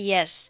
Yes